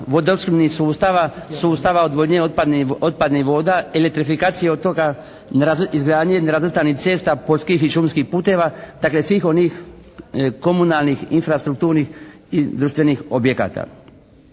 vodoopskrbnih sustava, sustava odvodnje otpadnih voda, elektrifikacije otoka, izgradnje nerazvrstanih cesta, poljskih i šumskih puteva, dakle svih onih komunalnih infrastrukturnih i društvenih objekata.